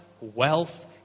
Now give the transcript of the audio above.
wealth